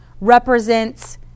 represents